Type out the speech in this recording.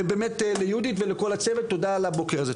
ובאמת ליהודית ולכל הצוות תודה על הבוקר הזה,